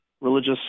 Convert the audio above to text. religious